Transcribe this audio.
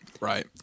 Right